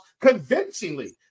convincingly